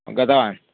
गतवान्